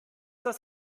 das